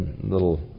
little